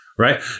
Right